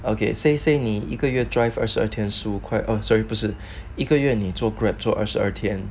okay say say 你一个月 drive 二十二天十五块 err sorry 不是一个月你做 Grab 做二十二天